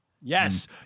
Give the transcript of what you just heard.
yes